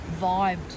vibed